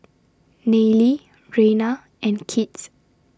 Nayely Reyna and Kits